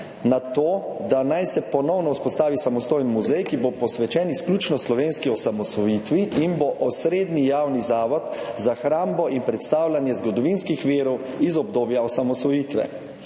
na to, da naj se ponovno vzpostavi samostojen muzej, ki bo posvečen izključno slovenski osamosvojitvi in bo osrednji javni zavod za hrambo in predstavljanje zgodovinskih virov iz obdobja osamosvojitve,